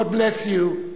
God bless you.